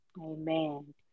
Amen